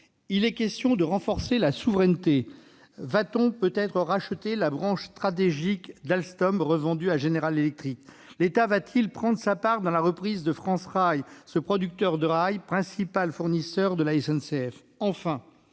Il est question de renforcer notre souveraineté. Va-t-on racheter la branche stratégique d'Alstom vendue à General Electric, par exemple ? L'État va-t-il prendre sa part dans la reprise de France Rail, ce producteur de rails, qui est le principal fournisseur de la SNCF ?